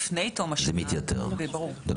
או